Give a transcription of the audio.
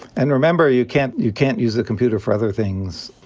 and remember you can't you can't use the computer for other things,